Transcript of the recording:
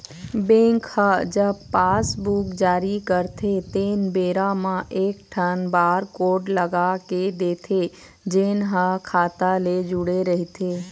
bank ह जब passbook जारी करथे तेन बेरा म एकठन बारकोड लगा के देथे जेन ह खाता ले जुड़े रहिथे